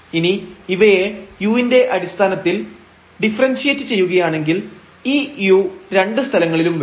ഇനി ഇവയെ u ന്റെ അടിസ്ഥാനത്തിൽ ഡിഫറെൻഷിയേറ്റ് ചെയ്യുകയാണെങ്കിൽ ഈ u രണ്ടു സ്ഥലങ്ങളിലും വരും